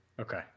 Okay